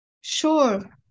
Sure